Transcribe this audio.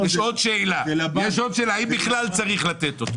יש עוד שאלה, האם בכלל צריך לתת אותו?